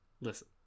Listen